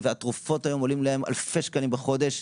והתרופות היום עולות להם אלפי שקלים בחודש,